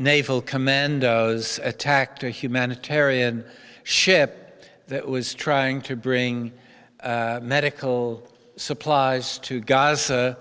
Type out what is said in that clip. naval commandos attacked a humanitarian ship that was trying to bring medical supplies to gaza